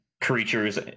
Creatures